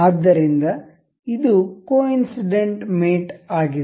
ಆದ್ದರಿಂದ ಇದು coincident mate ಆಗಿದೆ